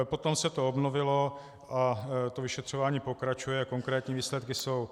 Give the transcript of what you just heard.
Potom se to obnovilo, vyšetřování pokračuje a konkrétní výsledky jsou.